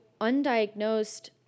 undiagnosed